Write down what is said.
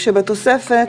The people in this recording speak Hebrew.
בתוספת